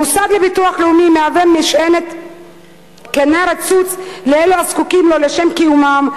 המוסד לביטוח לאומי מהווה משענת קנה רצוץ לאלה הזקוקים לו לשם קיומם,